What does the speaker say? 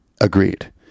agreed